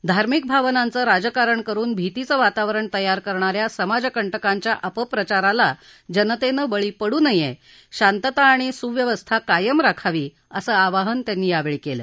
धार्मिक भावनांचं राजकारण करुन भीतीचं वातावरण तयार करणा या समाज कंटकांच्या अपप्रचाराला जनतेनं बळी पडू नये शांतता आणि सुव्यवस्था कायम राखावी असं आवाहन त्यांनी यावेळी केलं